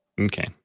Okay